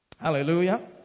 Hallelujah